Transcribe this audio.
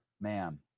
Ma'am